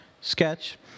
sketch